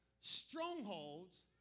Strongholds